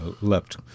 left